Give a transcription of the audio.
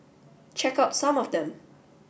check out some of them